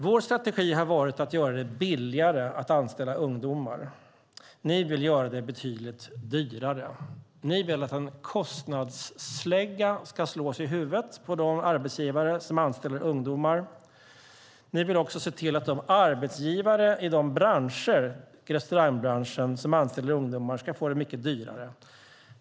Vår strategi har varit att göra det billigare att anställa ungdomar. Ni vill göra det betydligt dyrare. Ni vill att en kostnadsslägga ska slås i huvudet på de arbetsgivare som anställer ungdomar. Ni vill också se till att det blir mycket dyrare för arbetsgivare i de branscher, som restaurangbranschen, som anställer ungdomar.